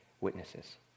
witnesses